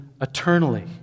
eternally